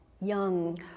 young